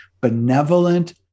benevolent